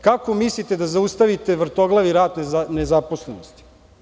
Kako mislite da zaustavite vrtoglavi rast nezaposlenosti?